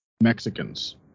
Mexicans